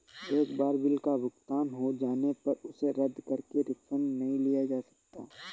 एक बार बिल का भुगतान हो जाने पर उसे रद्द करके रिफंड नहीं लिया जा सकता